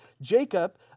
Jacob